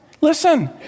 listen